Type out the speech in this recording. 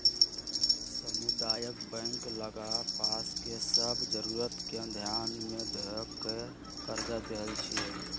सामुदायिक बैंक लग पास के सभ जरूरत के ध्यान में ध कऽ कर्जा देएइ छइ